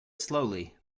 slowly